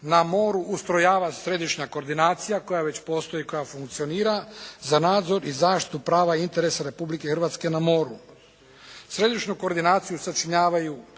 na moru ustrojava središnja koordinacija koja već postoji, koja funkcionira za nadzor i zaštitu prava interesa Republike Hrvatske na moru. Središnju koordinaciju sačinjavaju